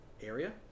area